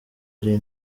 ari